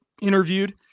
interviewed